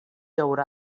haurà